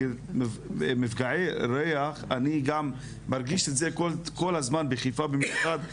כי מפגעי ריח אני גם מרגיש את זה כל הזמן בחיפה במיוחד,